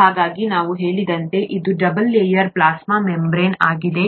ಹಾಗಾಗಿ ನಾನು ಹೇಳಿದಂತೆ ಇದು ಡಬಲ್ ಲೇಯರ್ ಪ್ಲಾಸ್ಮಾ ಮೆಂಬರೇನ್ ಆಗಿದೆ